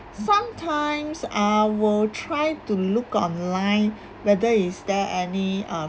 sometimes I will try to look online whether is there any uh